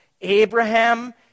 Abraham